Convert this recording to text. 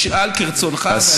תשאל כרצונך ואני אשיב.